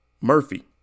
Murphy